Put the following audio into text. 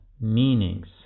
meanings